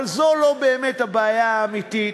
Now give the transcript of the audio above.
אבל זו לא הבעיה האמיתית,